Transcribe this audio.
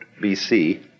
BC